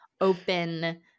open